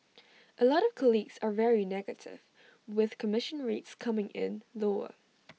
A lot of colleagues are very negative with commission rates coming in lower